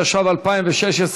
התשע"ו 2016,